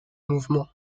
mouvement